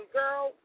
girl